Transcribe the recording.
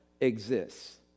exists